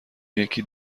یکی